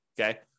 okay